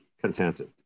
contented